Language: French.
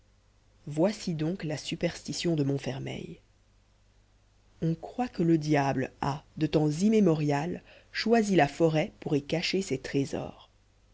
voici donc la superstition de montfermeil on croit que le diable a de temps immémorial choisi la forêt pour y cacher ses trésors